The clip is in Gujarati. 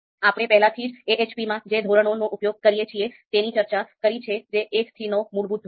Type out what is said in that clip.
આપણે પહેલેથી જ AHPમાં જે ધોરણનો ઉપયોગ કરીએ છીએ તેની ચર્ચા કરી છે જે 1 થી 9 મૂળભૂત ધોરણ છે